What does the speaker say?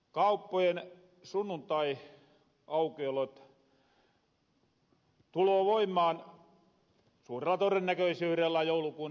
kauppojen sunnuntaiaukiolot tuloo voimaan suurella torennäköisyyrellä joulukuun alusta